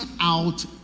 out